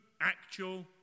actual